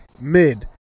Mid